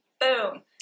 boom